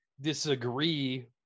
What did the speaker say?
disagree